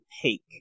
opaque